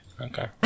okay